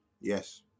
Yes